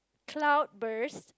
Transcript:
cloud burst